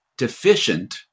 deficient